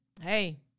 Hey